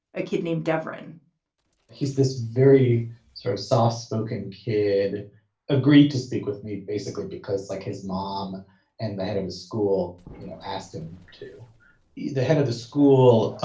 a kid named dvorin he's this very sort of soft spoken kid agreed to speak with me basically because like his mom and the head of his school, you know asked him to be the head of the school, ah